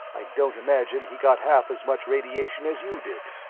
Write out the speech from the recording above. i don't imagine he got half as much radiation as you did.